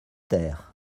ter